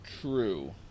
True